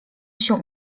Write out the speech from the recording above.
się